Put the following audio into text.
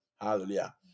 Hallelujah